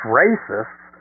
racists